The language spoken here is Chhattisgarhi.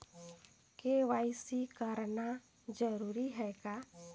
के.वाई.सी कराना जरूरी है का?